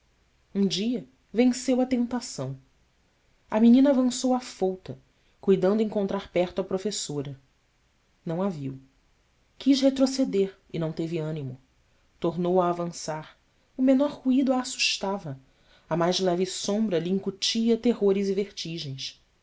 um dia venceu a tentação a menina avançou afouta cuidando encontrar perto a professora não a viu quis retroceder e não teve ânimo tornou a avançar o menor ruído a assustava a mais leve sombra lhe incutia terrores e vertigens